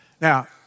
Now